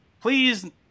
Please